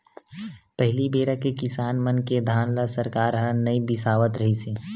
पहली बेरा के किसान मन के धान ल सरकार ह नइ बिसावत रिहिस हे